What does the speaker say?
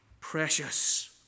precious